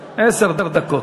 תודה.